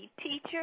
teacher